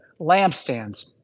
lampstands